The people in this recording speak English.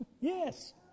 Yes